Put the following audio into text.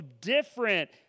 different